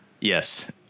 Yes